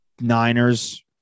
Niners